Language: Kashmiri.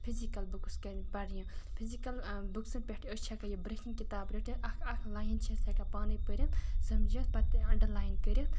فِزِکَل بُکٕس کَنۍ پرنہِ فِزِکَل بُکسَن پٮ۪ٹھ أسۍ چھِ ہٮ۪کان یہِ بِرنٛہہ کِنۍ کِتاب رٔٹھِتھ اَکھ اَکھ لایِن چھِ أسۍ ہٮ۪کان پانَے پٔرِتھ سَمجھِتھ پَتہٕ انڈَرلایِن کٔرِتھ